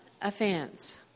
offense